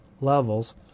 levels